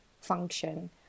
function